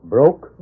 Broke